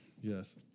Yes